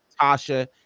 Tasha